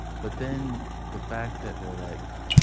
but then the fact that they're like,